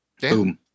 Boom